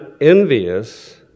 envious